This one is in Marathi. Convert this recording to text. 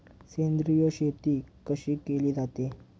सेंद्रिय शेती कशी केली जाते?